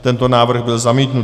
Tento návrh byl zamítnut.